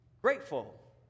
grateful